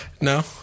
No